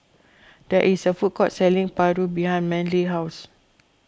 there is a food court selling Paru behind Manly's house